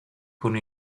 con